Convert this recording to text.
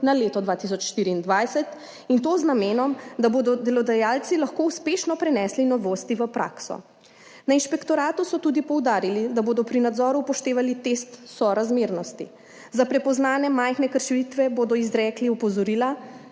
na leto 2024, in to z namenom, da bodo delodajalci lahko uspešno prenesli novosti v prakso. Na inšpektoratu so tudi poudarili, da bodo pri nadzoru upoštevali test sorazmernosti. Za prepoznane majhne kršitve bodo izrekli opozorila.